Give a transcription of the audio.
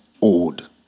old